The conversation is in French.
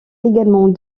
également